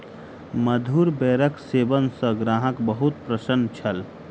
मधुर बेरक सेवन सॅ ग्राहक बहुत प्रसन्न छल